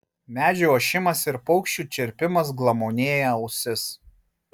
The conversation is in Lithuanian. medžių ošimas ir paukščių čirpimas glamonėja ausis